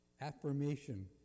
Affirmation